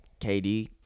KD